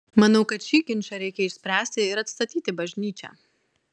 manau kad šį ginčą reikia išspręsti ir atstatyti bažnyčią